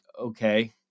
okay